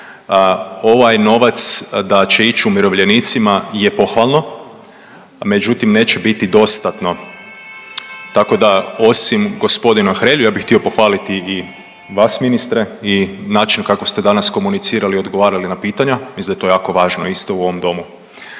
ovaj novac da će ići umirovljenicima je pohvalno, međutim neće biti dostatno tako da osim g. Hrelje ja bih htio pohvaliti i vas ministre i način kako ste danas komunicirali i odgovarali na pitanja, mislim da je to jako važno isto u ovom domu.